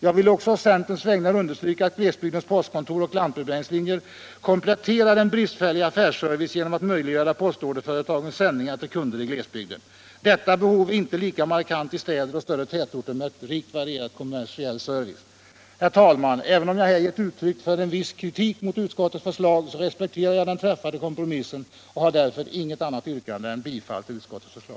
Jag vill också å centerns vägnar understryka att glesbygdens postkontor och lantbrevbäringslinjer kompletterar en bristfällig affärsservice genom att möjliggöra postorderföretagens sändningar till kunder i glesbygden. Detta behov är inte lika markant i städer och större tätorter med rikt varierad kommersiell service. Herr talman! Även om jag här gett uttryck för en viss kritik mot utskottets förslag, så respekterar jag den träffade kompromissen, och jag har därför inget annat yrkande än om bifall till utskottets förslag.